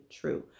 true